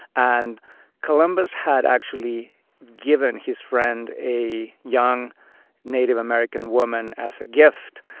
and columbus had actually given his friend a young native american woman as a gift.